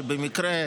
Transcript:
שבמקרה,